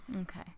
okay